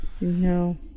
No